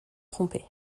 tromper